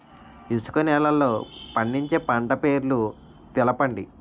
ఇసుక నేలల్లో పండించే పంట పేర్లు తెలపండి?